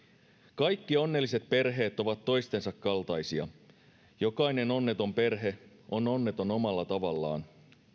kaikki onnelliset perheet ovat toistensa kaltaisia jokainen onneton perhe on onneton omalla tavallaan